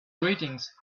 greetings